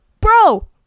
Bro